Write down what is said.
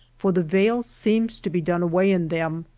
for the vail seems to be done away in them.